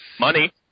money